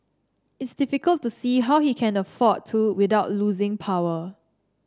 it's difficult to see how he can afford to without losing power